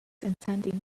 intending